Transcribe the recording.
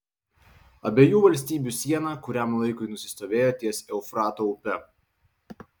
abiejų valstybių siena kuriam laikui nusistovėjo ties eufrato upe